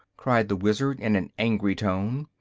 cried the wizard, in an angry tone,